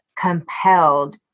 compelled